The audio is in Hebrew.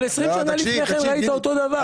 אבל 20 שנים לפני כן ראית אותו דבר.